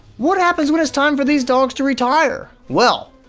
what happens when it's time for these dogs to retire? well,